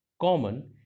common